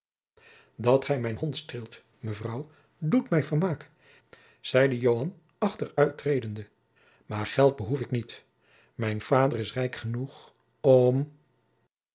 dat gij mijn hond streelt mevrouw doet mij vermaak zeide joan achteruittredende maar geld behoef ik niet mijn vader is rijk genoeg om